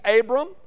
Abram